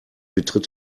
betritt